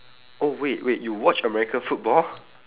oh wait wait you watch american football